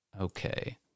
Okay